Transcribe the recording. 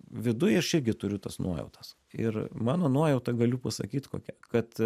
viduj aš irgi turiu tas nuojautas ir mano nuojauta galiu pasakyt kokia kad